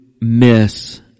miss